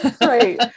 Right